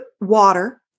water